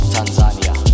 Tanzania